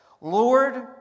Lord